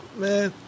man